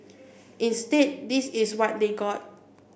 instead this is what they got